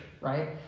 right